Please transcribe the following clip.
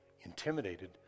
intimidated